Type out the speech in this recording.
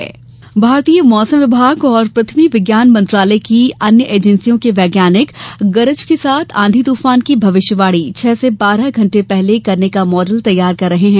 मौसम माडल भारतीय मौसम विभाग और पृथ्वी विज्ञान मंत्रालय की अन्य एजेंसियों के वैज्ञानिक गरज के साथ आंधी तूफान की भविष्यवाणी छह से बारह घंटे पहले करने का मॉडल तैयार कर रहे हैं